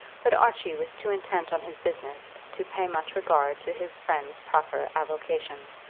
but archie was too intent on his business to pay much regard to his friend's proper avocation.